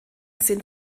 sind